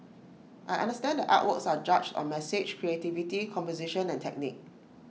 I understand that artworks are judged on message creativity composition and technique